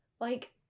like-